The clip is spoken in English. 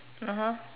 (uh huh)